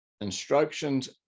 instructions